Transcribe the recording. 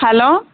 hello